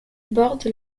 borde